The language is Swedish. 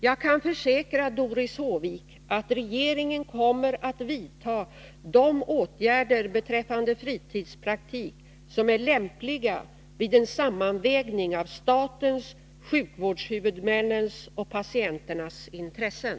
Jag kan försäkra Doris Håvik att regeringen kommer att vidta de åtgärder beträffande fritidspraktik som är lämpliga vid en sammanvägning av statens, sjukvårdshuvudmännens och patienternas intressen.